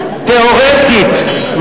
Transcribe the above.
תיאורטית,